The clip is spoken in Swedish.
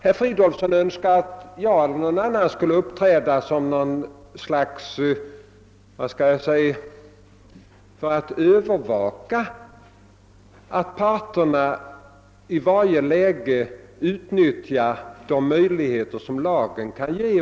Herr Fridolfsson önskar att jag eller någon annan instans skulle ha som uppgift att övervaka att parterna i varje läge ut nyttjar de möjligheter lagen ger dem.